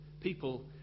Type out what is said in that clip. people